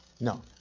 No